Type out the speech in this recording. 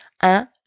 Un